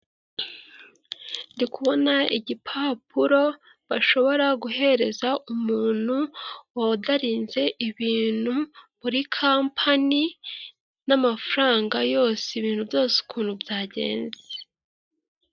Ndi kubona igipapuro bashobora guhereza umuntu wodarinze ibintu muri kampani n'amafaranga yose ibintu byose ukuntu byagenze .